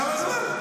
כמה זמן?